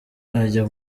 ajya